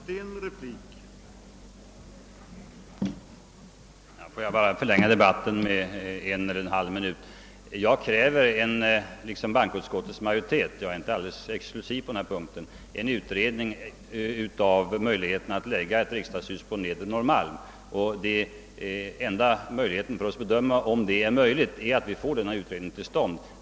Herr talman! Får jag bara förlänga debatten med ytterligare en halv minut. Jag kräver liksom bankoutskottets majoritet — jag är inte alldeles exklusiv i det avseendet — en undersökning av möjligheterna att förlägga ett riksdagens hus till Nedre Norrmalm, och den enda möjligheten att bedöma. om det går är att den föreslagna utredningen kommer till stånd.